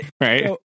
right